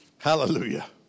Hallelujah